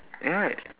ya right